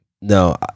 No